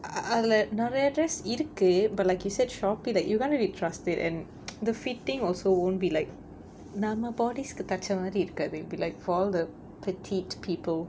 அதுல நெறைய:athula neraiya dress இருக்கு:irukku but like you said Shopee like you can't really trust it and the fitting also won't be like நம்ம:namma bodys கு தச்ச மாதிரி இருக்காது:ku thacha maadhiri irukkaathu it will be like for all the petite people